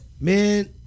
Man